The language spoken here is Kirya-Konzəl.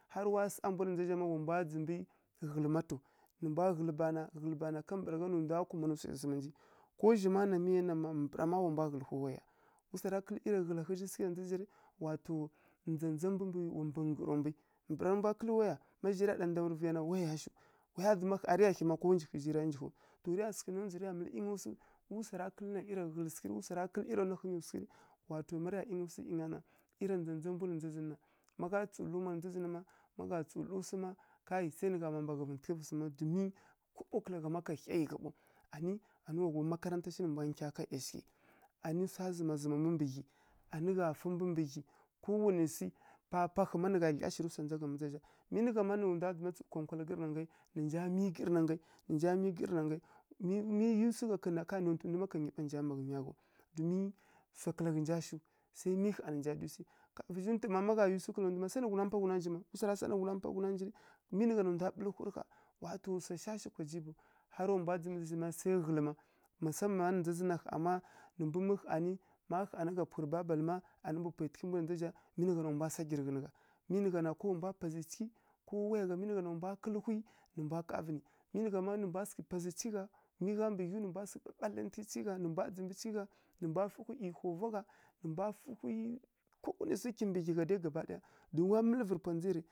Harǝ wa saˈa mbu na ndza zǝ zha wa mbwa ndzǝmbǝ ghǝlǝ mma taw nǝ mbwa ghǝlǝ bana nǝ mbwa ghǝlǝ bana kambǝragha nǝ ndwa kumanǝ swa zǝma nji ko zhi ma na nuya na ma mbǝra mma wa mbwa ghǝlǝ hwi waya wu swara kǝlǝ ˈyiriya ghǝla ghǝ zhi na ndza zǝ na rǝ wa to ndza ndza mbu mbǝ nggǝro mbu mbǝra ru mbwa kǝlǝ waya ya ma zhai ya ndangǝw rǝ vǝya na waya y shiw ƙha rǝ ya hi ma ko jigha shiw rǝ zǝma jighǝw to rǝ ya sǝghǝ ndzondzǝ rǝ ya ˈyinga swi wu swara kǝlǝ iriya na ghǝlǝ sǝghǝ rǝ wu swara wa to ma riya ˈiyana su ˈyinga na iriya ndza ndza mbu na ndza zǝn na ma gha tsǝw miyi nǝ ndu na ma gha tsǝw lǝrǝ swu ma kai kaɓo kǝla gha má ka haiˈi gha ɓaw anǝ wa makaranta shi nǝ mbwa nkya ka ˈyashighǝ anǝ swa zǝma zǝma mbu mbǝ ghyi anǝ gha fǝ mbu mbǝ ghyi papahǝ ma nǝ gha dlya shirǝ swa ndza gha mbǝ na ndza zǝ zha mi nǝ gha ma nǝ ndwa tsǝw nkonkwalǝ gǝrǝnangai nǝ nja mi gǝrǝnangai mi mi swu gha kǝn na nontǝ ndu mma ka nggyi ɓa nǝ nja nanǝ ghaw ma domi swa kǝla ghǝnja shiw sai miyi ƙha nǝ nja miyi vǝzhi ntu má ma gha yiw swu kǝla ndu ma sai nǝ ghuna mpa wu sawara sa nǝ ghuna mpa ghuna ghǝnji rǝ mi nǝ gha na nǝ ndwa ɓulǝ hurǝ ƙha wa to swa swa shi swa kwa jiɓaw sai ghǝlǝ mma masaman na ndza zǝn na mma nǝ mbu mǝhanǝ, má hanǝ gha pughǝrǝ babalǝ mma anǝ pwatǝghǝ na ndza zǝ zha mi nǝ gha na wa ndwa sagyi rǝ ghǝn gha mi nǝ gha na ko wa mbwa pazhi cighǝ ko waya má wa mbwa kǝlǝhwi nǝ mbwa kavǝ nǝ mi nǝ gha na wa mbwa sǝghǝ pazhi cighǝ gha mi gha mbǝ ghyiw nǝ mbwa sǝghǝ ɓaɓalai cighǝ gha nǝ mbwa dzǝmbǝ cighǝ gha nǝ mbwa fǝhwi ˈyi hova gha nǝ mbwa fǝhwi kowanai swu kimbǝ ghyi gha dai gaba ɗaya don wa mǝlǝvǝrǝ pwa ndza ya rǝ.